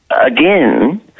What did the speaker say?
again